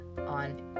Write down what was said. on